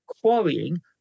quarrying